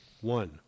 one